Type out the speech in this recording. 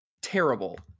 terrible